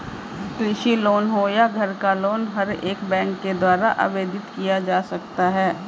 कृषि लोन हो या घर का लोन हर एक बैंक के द्वारा आवेदित किया जा सकता है